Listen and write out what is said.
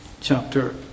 chapter